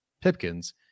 Pipkins